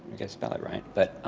spell it right, but